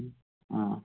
ആ